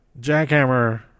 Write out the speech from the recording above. Jackhammer